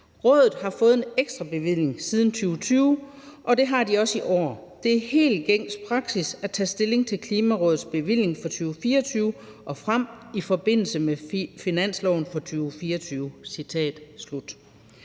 »Rådet har fået en ekstra bevilling siden 2020 – og det har de også i år. Det er helt gængs praksis at tage stilling til Klimarådets bevilling for 2024 og frem i forbindelse med finansloven for 2024.«